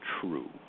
true